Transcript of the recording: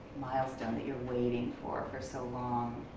milestone, that you're waiting for for so long.